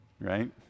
Right